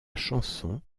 chanson